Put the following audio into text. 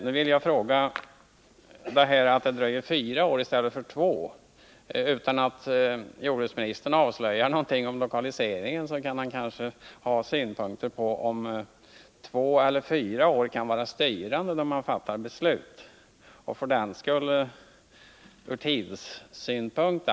Med anledning av att det skulle dröja fyra år i stället för två vill jag fråga: Har jordbruksministern — utan att avslöja någonting om lokaliseringen — några synpunkter på om två eller fyra år kan vara styrande då man fattar beslut, varför Norrtorp skulle ha företräde från tidssynpunkt?